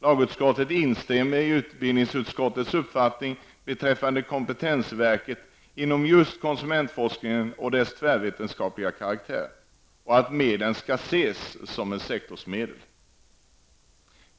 Lagutskottet instämmer i utbildningsutskottets uppfattning beträffande kompetensverket inom just konsumentforskningen och dess tvärvetenskapliga karaktär och att medlen skall ses som sektorsmedel.